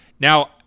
Now